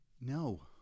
No